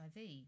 HIV